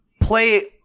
play